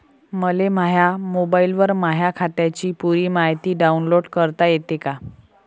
मले माह्या मोबाईलवर माह्या खात्याची पुरी मायती डाऊनलोड करता येते का?